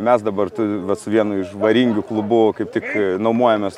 mes dabar tai vat su vienu iš varingių klubu kaip tik nuomojomės